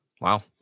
Wow